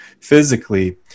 physically